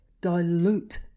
dilute